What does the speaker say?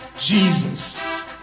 Jesus